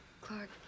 clark